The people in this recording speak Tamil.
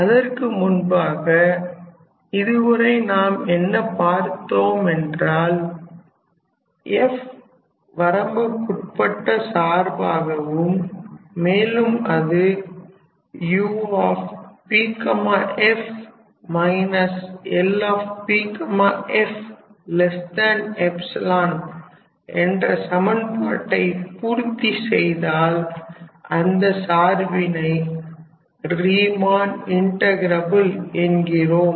அதற்கு முன்பாக இதுவரை நாம் என்ன பார்த்தோம் என்றால் f வரம்புக்குட்பட்ட சார்பாகவும் மேலும் அது 𝑈𝑃𝑓−𝐿𝑃𝑓 என்ற சமன்பாட்டை பூர்த்தி செய்தால் அந்த சார்பினை ரீமன் இன்ட்டகிரபில் என்கின்றோம்